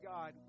God